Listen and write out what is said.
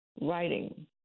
writing